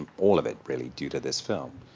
all of it, really, due to this film.